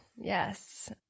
Yes